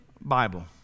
Bible